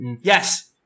Yes